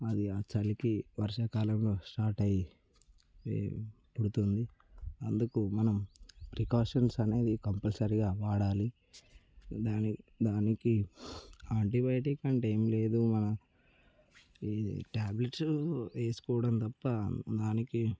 అది ఆ చలికి వర్షాకాలంలో స్టార్ట్ అయ్యి వే వెళ్తుంది అందుకు మనం ప్రికాషన్స్ అనేది కంపల్సరిగా వాడాలి దాని దానికి యాంటీబయోటిక్ అంటే ఏమి లేదు మన ఇది ట్యాబ్లెట్సు వేసుకోవడం తప్ప దానికి